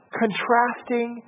contrasting